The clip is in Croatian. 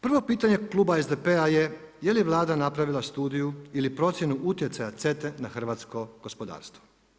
Prvo pitanje kluba SDP-a je je li Vlada napravila studiju ili procjenu utjecaja CETA-e na hrvatsko gospodarstvo?